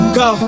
go